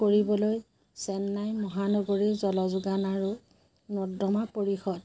কৰিবলৈ চেন্নাই মহানগৰী জল যোগান আৰু নৰ্দমা পৰিষদ